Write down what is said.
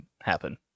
happen